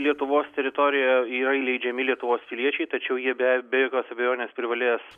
lietuvos teritoriją yra įleidžiami lietuvos piliečiai tačiau jie be be jokios abejonės privalės